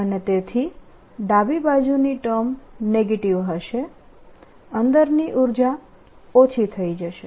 અને તેથી ડાબી બાજુની ટર્મ નેગેટીવ હશે અંદરની ઉર્જા ઓછી થઈ જશે